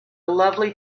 lovely